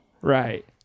Right